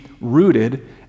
rooted